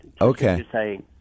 Okay